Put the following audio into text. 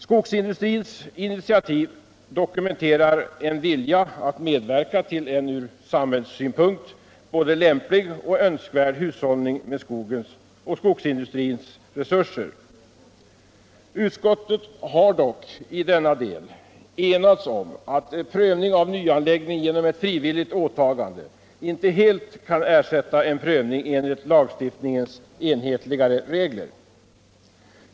Skogsindustrins initiativ dokumenterar en vilja att medverka till en ur samhällssynpunkt både lämplig och önskvärd hushållning med skogens och skogsindustrins resurser. Utskottet har dock, i denna del, enats om att prövning av nyanläggning genom ett frivilligt åtagande inte helt kan ersätta en prövning enligt lagstiftningens enhetliga regler.